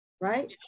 Right